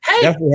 Hey